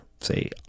say